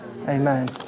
Amen